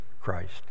Christ